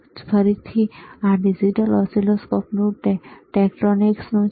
તેથી ફરીથી આ ડિજિટલ ઓસિલોસ્કોપ ટેક્ટ્રોનિક્સનું છે